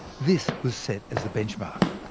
this was set as the benchmark.